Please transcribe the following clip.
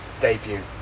debut